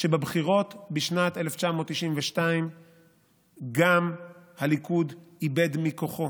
שבבחירות בשנת 1992 גם הליכוד איבד מכוחו.